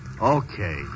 Okay